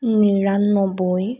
নিৰান্নবৈ